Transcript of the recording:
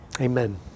Amen